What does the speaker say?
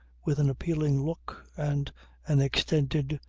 with an appealing look and an extended,